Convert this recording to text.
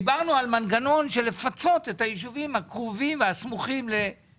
דיברנו על מנגנון של לפצות את הישובים הקרובים לנתב"ג.